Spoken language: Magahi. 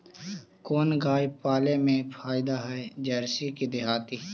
कोन गाय पाले मे फायदा है जरसी कि देहाती?